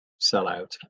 sellout